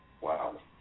Wow